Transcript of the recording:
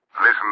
Listen